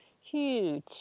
huge